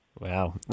wow